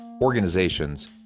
organizations